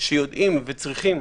שיודעים וצריכים